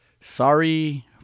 sorry